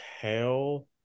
tell